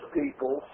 people